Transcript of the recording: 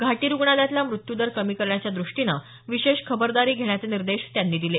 घाटी रुग्णालयातल्या मृत्यूदर कमी करण्याच्या दृष्टीने विशेष खबरदारी घेण्याचे निर्देश देसाई यांनी दिले